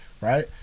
right